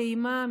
טעימה,